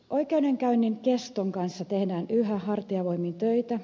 oikeudenkäynnin keston kanssa tehdään yhä hartiavoimin töitä